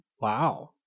Wow